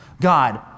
God